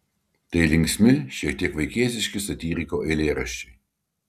tai linksmi šiek tiek vaikėziški satyriko eilėraščiai